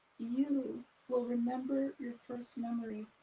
you will remember your first memory.